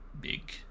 big